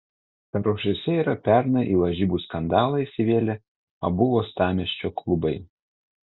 sąrašuose yra pernai į lažybų skandalą įsivėlę abu uostamiesčio klubai